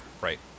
right